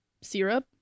syrup